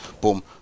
boom